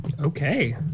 Okay